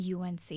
UNC